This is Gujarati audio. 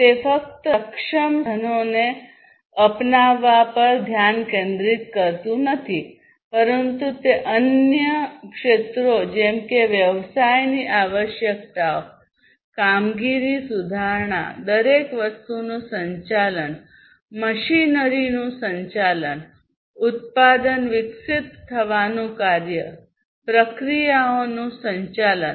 તે ફક્ત સક્ષમ સાધનોને અપનાવવા પર ધ્યાન કેન્દ્રિત કરતું નથી પરંતુ તે અન્ય અન્ય ક્ષેત્રો જેમ કે વ્યવસાયની આવશ્યકતાઓ કામગીરી સુધારણા દરેક વસ્તુનું સંચાલન મશીનરીનું સંચાલન ઉત્પાદન વિકસિત થવાનું કાર્ય પ્રક્રિયાઓનું સંચાલન